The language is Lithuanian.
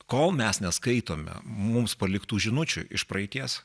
kol mes neskaitome mums paliktų žinučių iš praeities